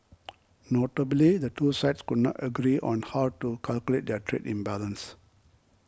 notably the two sides could not agree on how to calculate their trade imbalance